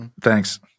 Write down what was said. thanks